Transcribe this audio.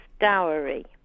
dowry